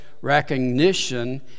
recognition